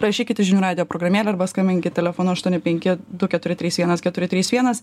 rašykit į žinių radijo programėlę arba skambinkit telefonu aštuoni penki du keturi trys vienas keturi trys vienas